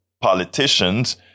politicians